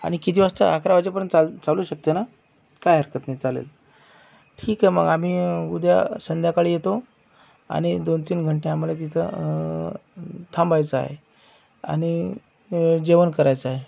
आणि किती वाजता अकरा वाजेपर्यंत चाल चालू शकते ना काय हरकत नाही चालेल ठीक आहे मग आम्ही उद्या संध्याकाळी येतो आणि दोन तीन घंटे आम्हाला तिथं थांबायचं आहे आणि जेवण करायचं आहे